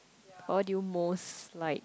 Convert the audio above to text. what do you most like